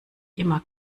immer